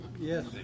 Yes